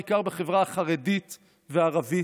בעיקר בחברה החרדית והערבית,